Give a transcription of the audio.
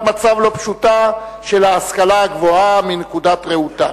מצב לא פשוטה של ההשכלה הגבוהה מנקודת ראותם.